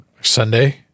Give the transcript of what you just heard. Sunday